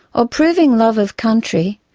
or proving love of country,